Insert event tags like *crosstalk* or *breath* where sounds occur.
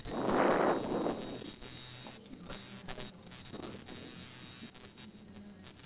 *breath*